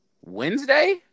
Wednesday